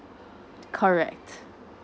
correct